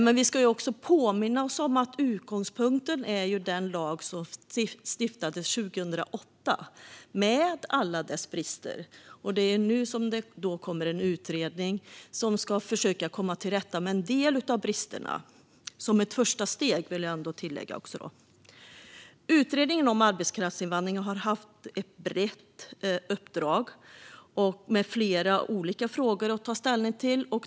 Men vi ska också påminna oss om att utgångspunkten är den lag som stiftades 2008 med alla dess brister. Det är nu som det kommer en utredning som ska försöka komma till rätta med en del av bristerna - som ett första steg, vill jag tillägga. Utredningen om arbetskraftsinvandring har haft ett brett uppdrag med flera olika frågor att ta ställning till.